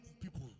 people